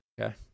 Okay